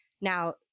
Now